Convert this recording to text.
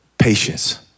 Patience